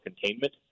containment